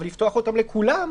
אבל לפתוח אותם לכולם?